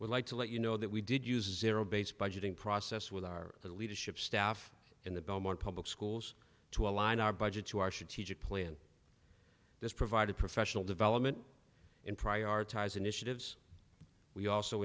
would like to let you know that we did use a zero based budgeting process with our leadership staff in the belmont public schools to align our budget to our strategic plan this provided professional development and prioritized initiatives but we also